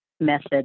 method